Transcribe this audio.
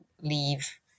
leave